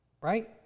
Right